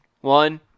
one